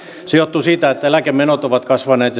se johtuu siitä että eläkemenot ovat kasvaneet